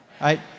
Right